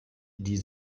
die